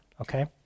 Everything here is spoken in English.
okay